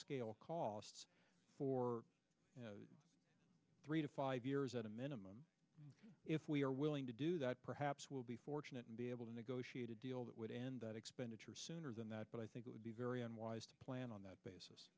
scale costs for three to five years at a minimum if we are willing to do that perhaps we'll be fortunate and be able to negotiate a deal that would end that expenditure sooner than that but i think it would be very unwise to plan on that basis